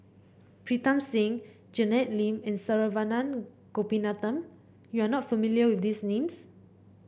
Pritam Singh Janet Lim and Saravanan Gopinathan you are not familiar with these names